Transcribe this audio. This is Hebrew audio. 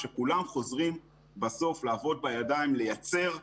כולם חוזרים בסוף לעבוד בידיים ולייצר.